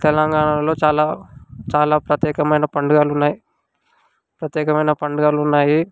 తెలంగాణలో చాలా చాలా ప్రత్యేకమైన పండుగలు ఉన్నాయి ప్రత్యేకమైన పండుగలు ఉన్నాయి